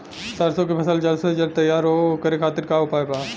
सरसो के फसल जल्द से जल्द तैयार हो ओकरे खातीर का उपाय बा?